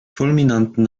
fulminanten